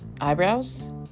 eyebrows